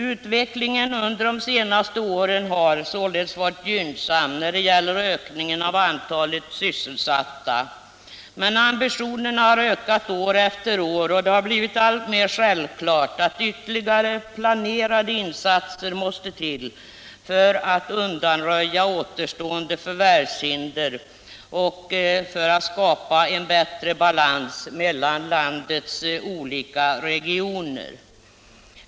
Utvecklingen under de senaste åren har således varit gynnsam när det gäller ökningen av antalet sysselsatta. Men ambitionerna har ökat år efter år, och det har blivit alltmer självklart att ytterligare planerade insatser måste till för att undanröja återstående förvärvshinder och för att skapa en bättre 89 balans mellan landets olika regioner.